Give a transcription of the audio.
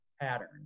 pattern